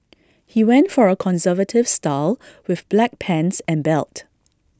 he went for A conservative style with black pants and belt